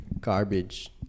Garbage